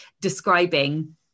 describing